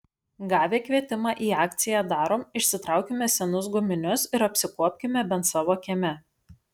gavę kvietimą į akciją darom išsitraukime senus guminius ir apsikuopkime bent savo kieme